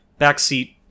Backseat